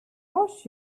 watched